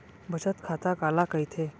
बचत खाता काला कहिथे?